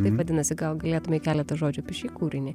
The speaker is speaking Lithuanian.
taip vadinasi gal galėtumei keletą žodžių apie šį kūrinį